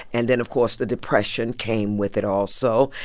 and then, of course, the depression came with it also.